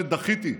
שדחיתי בתקיפות,